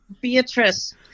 Beatrice